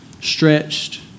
stretched